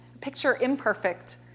picture-imperfect